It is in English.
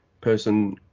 person